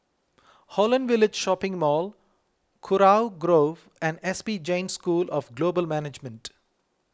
Holland Village Shopping Mall Kurau Grove and S P Jain School of Global Management